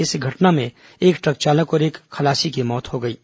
इस घटना में एक ट्रक चालक और एक खलासी की मौत हो गई है